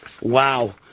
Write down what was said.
wow